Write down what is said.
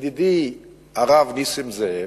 ידידי הרב נסים זאב,